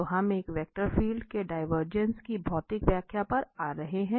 तो हम एक वेक्टर फील्ड के डिवरजेंस की भौतिक व्याख्या पर आ रहे हैं